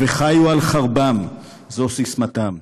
וחיו על חרבם, זו ססמתם.